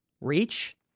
reach—